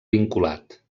vinculat